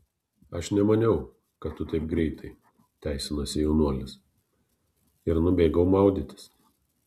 aš nemaniau kad tu taip greitai teisinosi jaunuolis ir nubėgau maudytis